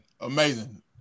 amazing